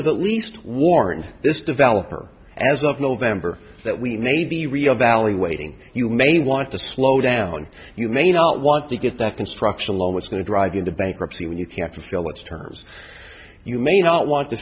have at least warned this developer as of november that we may be reevaluating you may want to slow down you may not want to get that construction loan was going to drive into bankruptcy when you can't fulfill its terms you may not want to